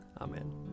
Amen